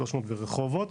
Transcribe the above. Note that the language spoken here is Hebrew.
300 ברחובות,